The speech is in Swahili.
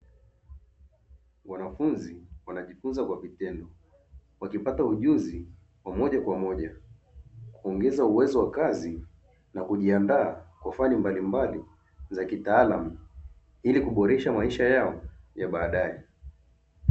Wanafunzi wanajifunza kwa vitendo, wakipata ujuzi wa moja kwa moja, kuongeza uwezo wa kazi na kujiandaa kwa fani mbalimbali za kitaalamu ili kuboresha maisha yao ya baadaye.